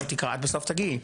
את בסוף תגיעי.